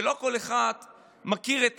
שלא כל אחד מכיר את